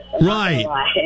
Right